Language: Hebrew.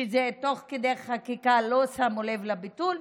שתוך כדי חקיקה לא שמו לב לביטול,